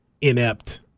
inept